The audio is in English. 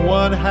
one